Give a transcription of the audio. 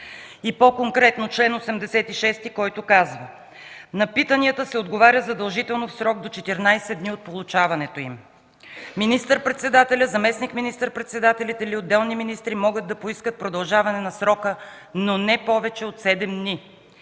и по-конкретно нов чл. 86, който казва: „На питанията се отговаря задължително в срок до 14 дни от получаването им”. „Министър председателят, заместник министър-председателите или отделни министри могат да поискат продължаване на срока, но не повече от 7 дни.”